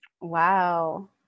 Wow